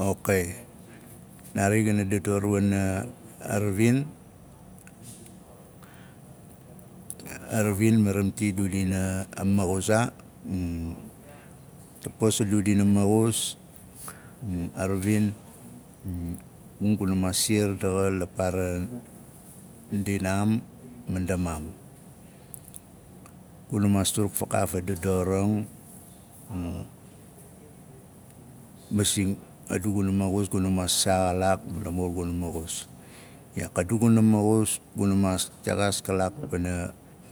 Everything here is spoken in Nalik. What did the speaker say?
Okai naari gana dador wana a ravin ma ramti du dina maxuz aa tapos a du dina maxus a ravin nu guna maa siar daxa la paaran ndinaam ma ndamaam. Guna suruk fakaaf a dodorang masing adu guna maxus guna maas saa xalaak lamur guna maxus iyaak a du guna maxus guna maas texaas kalaak kalaak pana